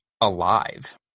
alive